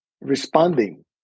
responding